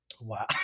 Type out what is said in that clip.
Wow